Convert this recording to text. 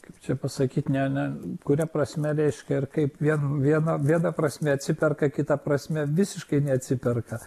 kaip čia pasakyt ne ne kuria prasme reiškia ir kaip vien viena viena prasme atsiperka kita prasme visiškai neatsiperka